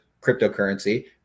cryptocurrency